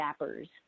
zappers